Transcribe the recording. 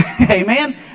Amen